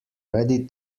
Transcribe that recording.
ready